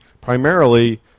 primarily